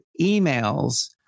emails